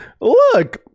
Look